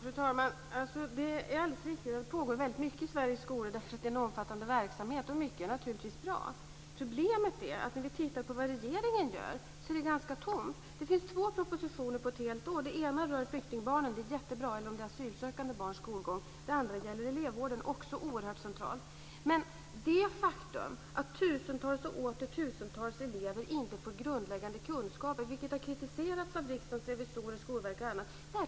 Fru talman! Det är alldeles riktigt att det pågår mycket i Sveriges skolor. Det är en omfattande verksamhet, och mycket är naturligtvis bra. Problemet är att det är ganska tomt med vad regeringen gör. Det finns två propositioner för ett helt år. Den ena rör flyktingbarns, eller om det var asylsökandes barns, skolgång. Det är jättebra. Den andra gäller elevvården, och den är också oerhört central. Men det är ett faktum att tusentals och åter tusentals elever inte får grundläggande kunskaper, vilket har kritiserats av Riksdagens revisorer och Skolverket.